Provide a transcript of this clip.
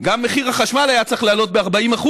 גם מחיר החשמל היה צריך לעלות ב-40%,